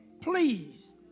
Please